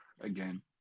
again